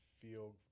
feel